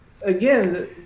Again